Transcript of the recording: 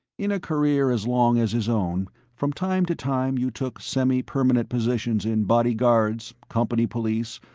in a career as long as his own from time to time you took semi-permanent positions in bodyguards, company police,